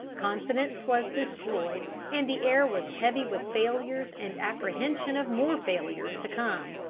confidence was destroyed, and the air was heavy with failures and apprehension of more failures to come.